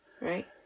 right